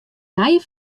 nije